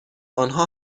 آنها